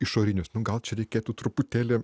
išorinius nu gal čia reikėtų truputėlį